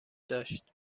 داشت